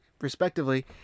respectively